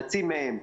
חצי מהם,